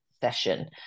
session